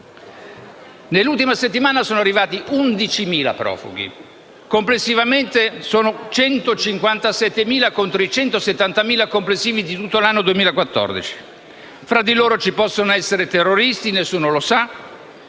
Nell'ultima settimana sono arrivati 11.000 profughi; complessivamente sono 157.000 contro i 170.000 di tutto il 2014. Tra di loro ci possono essere terroristi (nessuno lo sa),